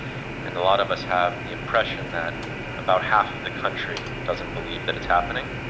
and a lot of us have the impression that about half of the country doesn't believe that it's happening,